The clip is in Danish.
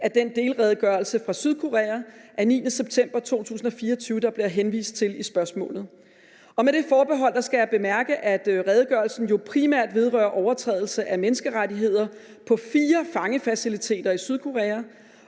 af den delredegørelse fra Sydkorea af 9. september 2024, som der bliver henvist til i spørgsmålet. Med det forbehold skal jeg bemærke, at redegørelsen jo primært vedrører en overtrædelse af menneskerettigheder på fire fangefaciliteter i Sydkorea,